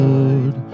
Lord